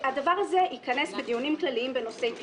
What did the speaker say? הדבר הזה ייכנס בדיונים כלליים בנושאי פיקוח.